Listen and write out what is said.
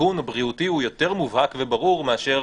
כשהסיכון הבריאותי הוא יותר מובהק וברור מאשר